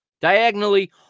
diagonally